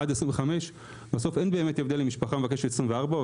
עד 25. בסוף אין באמת הבדל אם משפחה מבקשת 24,000